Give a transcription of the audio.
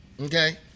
Okay